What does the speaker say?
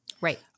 Right